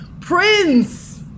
Prince